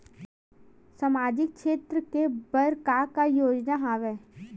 सामाजिक क्षेत्र के बर का का योजना हवय?